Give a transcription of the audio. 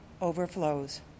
overflows